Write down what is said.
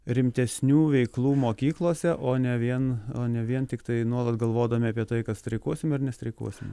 rimtesnių veiklų mokyklose o ne vien o ne vien tiktai nuolat galvodami apie tai kad streikuosim ar nestreikuosim